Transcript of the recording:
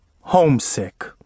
Homesick